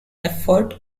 effort